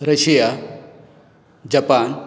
Russia Japan